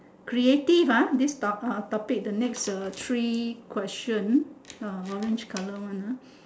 creative ah this top ah topic the next uh three question uh orange colour one ah